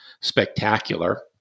spectacular